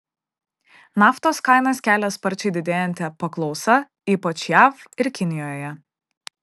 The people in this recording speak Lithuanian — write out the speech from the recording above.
naftos kainas kelia sparčiai didėjanti paklausa ypač jav ir kinijoje